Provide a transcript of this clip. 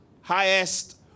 highest